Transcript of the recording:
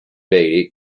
beatty